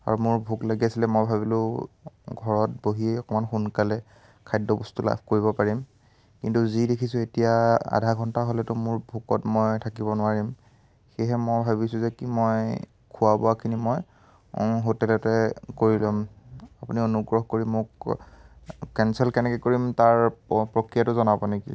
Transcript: আৰু মোৰ ভোক লাগি আছিলে মই ভাবিলোঁ ঘৰত বহিয়ে অকণমান সোনকালে খাদ্যবস্তু লাভ কৰিব পাৰিম কিন্তু যি দেখিছোঁ এতিয়া আধা ঘণ্টা হ'লেতো মোৰ ভোকত মই থাকিব নোৱাৰিম সেয়েহে মই ভাবিছোঁ যে কি মই খোৱা বোৱাখিনি মই হোটেলতে কৰি ল'ম আপুনি অনুগ্ৰহ কৰি মোক কেনচেল কেনেকৈ কৰিম তাৰ প্ৰক্ৰিয়াটো জনাব নেকি